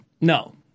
No